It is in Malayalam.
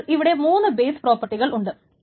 അപ്പോൾ ഇവിടെ മൂന്ന് ബേസ് പ്രോപ്പർട്ടികൾ ഉണ്ട്